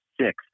six